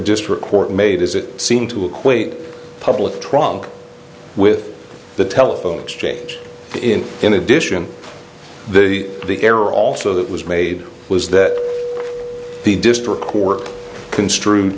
district court made as it seemed to equate public trunk with the telephone exchange in in addition to the the error also that was made was that the district court construed